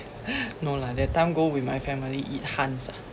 no lah that time go with my family eat han's ah